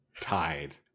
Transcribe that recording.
tied